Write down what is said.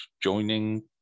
joining